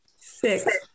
Six